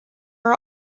are